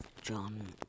John